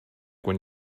when